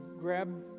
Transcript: grab